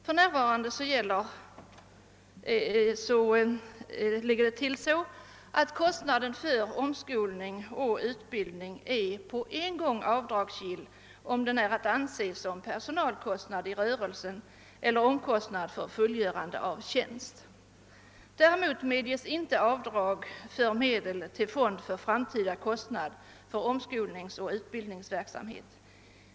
För närvarande är kostnaden för omskolning och utbildning på en gång av dragsgill, om den är att anse som personalkostnad i rörelse eller omkostnad för fullgörande av tjänst. Däremot medges inte avdrag för medel som går till fond för framtida omskolningsoch utbildningsverksamhet.